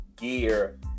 gear